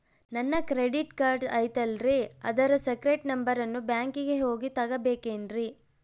ನನ್ನ credit card ಐತಲ್ರೇ ಅದರ ಸೇಕ್ರೇಟ್ ನಂಬರನ್ನು ಬ್ಯಾಂಕಿಗೆ ಹೋಗಿ ತಗೋಬೇಕಿನ್ರಿ?